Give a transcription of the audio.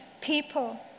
people